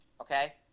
okay